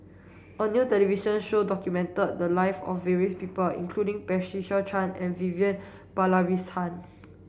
a new television show documented the lives of various people including Patricia Chan and Vivian Balakrishnan